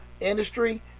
industry